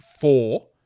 four